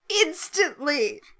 instantly